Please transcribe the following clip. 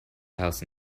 house